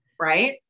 right